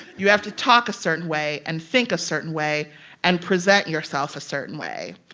you have to talk a certain way and think a certain way and present yourself a certain way.